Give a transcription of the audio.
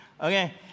Okay